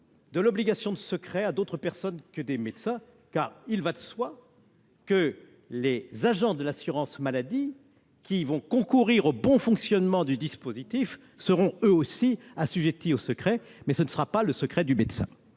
de l'obligation de secret à d'autres personnes que les médecins. Car il va de soi que les agents de l'assurance maladie qui concourront au bon fonctionnement du dispositif seront eux aussi assujettis au secret- mais pas le secret du médecin.